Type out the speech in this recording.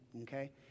okay